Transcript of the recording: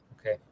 Okay